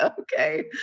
okay